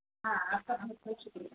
ہاں ہاں آپ کا بہت بہت شکریہ